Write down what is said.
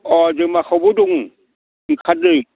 अह दिमाखावबो दं ओंखारदों